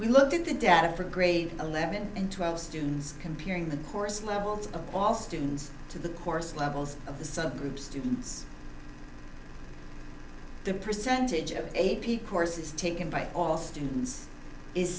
we looked at the data for grade eleven and twelve students comparing the course levels of all students to the course levels of the subgroup students the percentage of a p courses taken by all students is